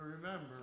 remember